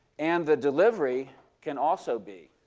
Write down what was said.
and the delivery can also be